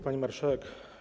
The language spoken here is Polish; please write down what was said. Pani Marszałek!